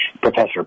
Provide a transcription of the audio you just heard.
Professor